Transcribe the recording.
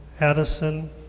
Addison